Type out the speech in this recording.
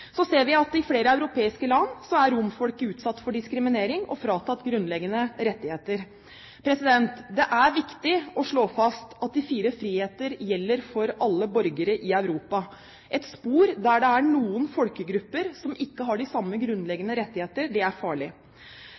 Så ser vi at i flere europeiske land er romfolket utsatt for diskriminering og fratatt grunnleggende rettigheter. De fire friheter må gjelde for alle borgere i Europa. Et spor der det er noen folkegrupper som ikke har de samme grunnleggende rettigheter, er farlig. Folk flest er ikke rasister, og heller ikke i Europa. Men jeg synes det er